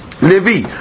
Levi